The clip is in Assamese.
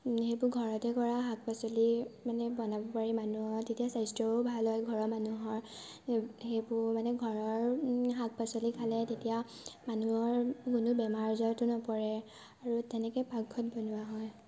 সেইবোৰ ঘৰতে কৰা শাক পাচলি মানে বনাব পাৰি মানুহৰ তেতিয়া স্বাস্থ্যও ভাল হয় ঘৰৰ মানুহৰ সেইবোৰ মানে ঘৰৰ শাক পাচলি খালে তেতিয়া মানুহৰ কোনো বেমাৰ আজাৰতো নপৰে আৰু তেনেকৈ ভাত ঘৰত বনোৱা হয়